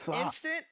instant